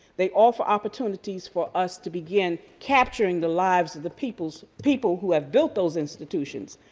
they offer opportunities for us to begin capturing the lives of the people's people who have built those institutions.